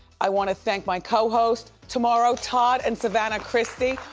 i wanna thank my co-hosts. tomorrow, todd and savannah christie,